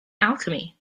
alchemy